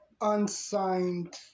unsigned